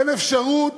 אין אפשרות